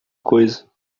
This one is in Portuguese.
coisa